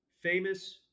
Famous